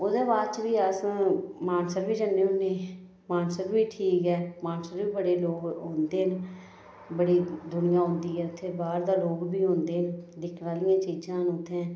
ओह्दे बाद च बी अस मानसर बी जन्ने होन्ने मानसर बी ठीक ऐ मानसर बी बड़े लोक औंदे न बड़ी दुनिया औंदी ऐ इत्थें बाह्र दे लोग बी औंदे न दिक्खने आह्ली चीज़ां न उत्थें